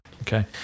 Okay